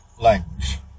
language